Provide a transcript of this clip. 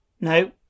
No